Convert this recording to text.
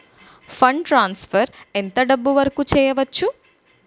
Fund transfer ఎంత డబ్బు వరుకు చేయవచ్చు?